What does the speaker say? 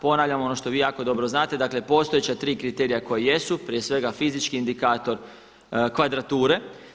Ponavljam ono što vi jako dobro znate, dakle postojeća tri kriterija koja jesu prije svega fizički indikator kvadrature.